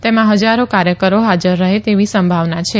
તેમાં હજારો કાર્યકરો હાજર રહે તેવી સંભાવના છે